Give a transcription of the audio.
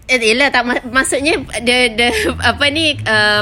ah ya lah tak ma~ maksudnya the the apa ini err